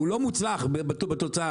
הוא לא מוצלח בתוצאה,